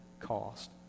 cost